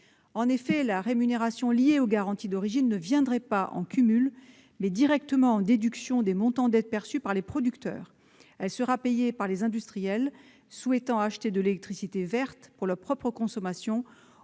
La rémunération liée aux garanties d'origine ne viendrait pas en cumul, mais directement en déduction des montants d'aides perçus par les producteurs ; elle sera payée par les industriels souhaitant acheter de l'électricité verte pour leur propre consommation